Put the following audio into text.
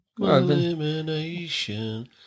Elimination